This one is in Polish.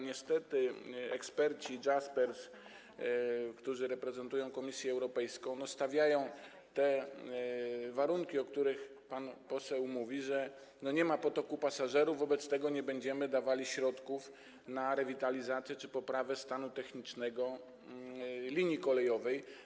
Niestety eksperci JASPERS, którzy reprezentują Komisję Europejską, stawiają tu warunki, o których pan poseł mówi - nie ma potoku pasażerów, wobec tego nie będziemy dawali środków na rewitalizację czy poprawę stanu technicznego linii kolejowej.